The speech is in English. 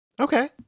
okay